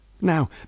Now